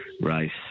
race